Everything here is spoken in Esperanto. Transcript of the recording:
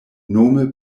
nome